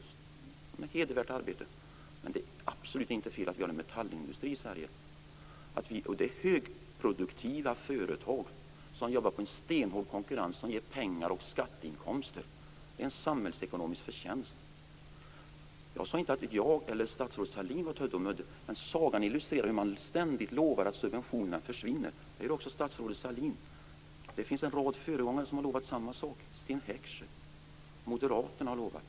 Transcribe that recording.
Det är ett hedervärt arbete, men det är absolut inte fel att vi har en metallindustri i Sverige. Det är högproduktiva företag som jobbar på en stenhård konkurrensmarknad, ger pengar och skatteinkomster. Det är en samhällsekonomisk förtjänst. Jag sade inte att statsrådet Sahlin och jag var Tödde och Mödde, men sagan illustrerar hur man ständigt lovar att subventionerna försvinner. Det gör också statsrådet Sahlin. Det finns en rad föregångare som lovat samma sak - Sten Heckscher och Moderaterna har lovat det.